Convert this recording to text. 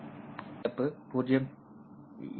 எனவே அந்த இழப்பு 0